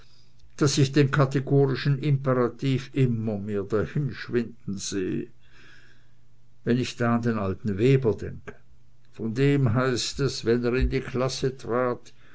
daß ich den kategorischen imperativ immer mehr hinschwinden sehe wenn ich da an den alten weber denke von dem heißt es wenn er in die klasse trat